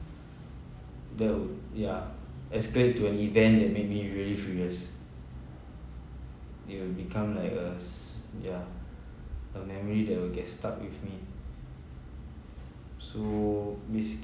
that would yeah escalate to an event that make me really furious it will become like us yeah a memory that will get stuck with me so basically